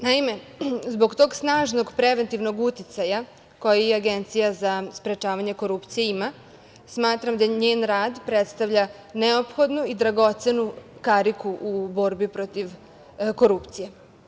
Naime, zbog tog snažnog preventivnog uticaja koji Agencija za sprečavanje korupcije ima, smatram da njen rad predstavlja neophodnu i dragocenu kariku u borbi protiv korupcije.